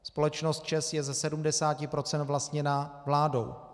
Společnost ČEZ je ze 70 % vlastněna vládou.